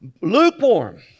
lukewarm